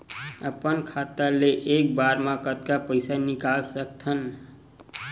अपन खाता ले एक बार मा कतका पईसा निकाल सकत हन?